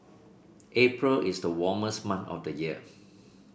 April is the warmest month of the year